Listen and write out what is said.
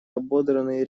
ободранный